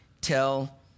tell